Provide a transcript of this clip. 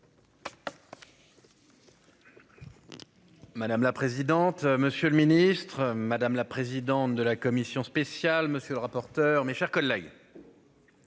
Madame la présidente, monsieur le ministre, madame la présidente de la commission spéciale. Monsieur le rapporteur. Cela